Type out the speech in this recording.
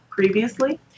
previously